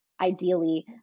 ideally